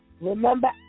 Remember